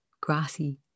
grassy